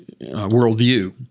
worldview